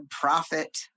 profit